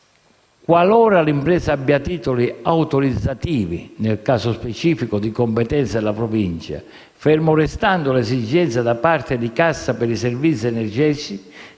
qualora l'impresa abbia titoli autorizzativi (nel caso specifico di competenza della Provincia) - ferma restando l'esigenza da parte di Cassa per i servizi energetici